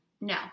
No